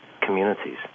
communities